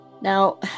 Now